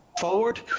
forward